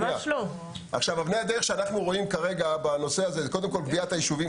אבני הדרך בנושא הזה: קביעת היישובים,